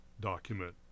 document